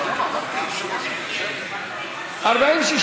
1 לא נתקבלה.